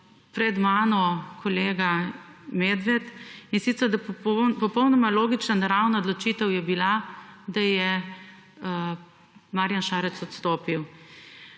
pred mano kolega Medved, in sicer, da popolnoma logična in naravna odločitev je bila, da je Marjan Šarec odstopil.